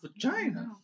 vagina